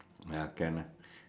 ya can lah